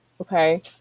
okay